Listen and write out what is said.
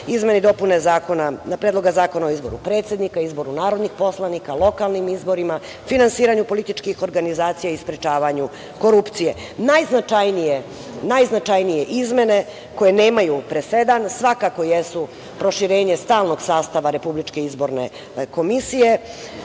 izmene i dopune Predloga zakona o izboru predsednika, izboru narodnih poslanika, lokalnim izborima, finansiranju političkih organizacija i sprečavanju korupcije. Najznačajnije izmene koje nemaju presedan, svakako jesu proširenje stalnog sastava RIK i omogućavanje